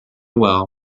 well